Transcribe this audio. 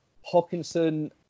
Hawkinson